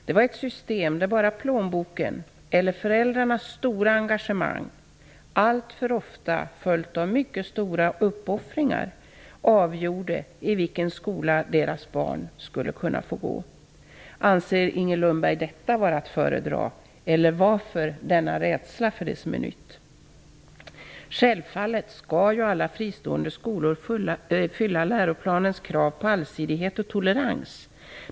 Det var ett system där bara plånboken eller föräldrarnas stora engagemang -- alltför ofta följt av mycket stora uppoffringar -- avgjorde i vilken skola deras barn skulle kunna få gå. Anser Inger Lundberg att detta var att föredra? Eller varför denna rädsla för det som är nytt? Självfallet skall alla fristående skolor fylla läroplanens krav på allsidighet och tolerans.